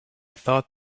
thought